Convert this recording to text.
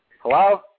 Hello